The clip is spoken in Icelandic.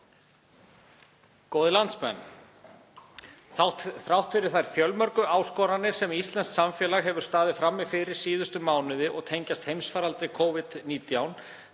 Góðir landsmenn. Þrátt fyrir þær fjölmörgu áskoranir sem íslenskt samfélag hefur staðið frammi fyrir síðustu mánuði og tengjast heimsfaraldri Covid-19